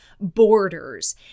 borders